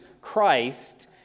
Christ